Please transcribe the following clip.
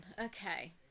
Okay